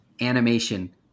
animation